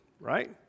Right